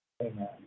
Amen